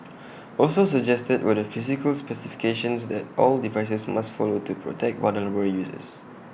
also suggested were the physical specifications that all devices must follow to protect vulnerable users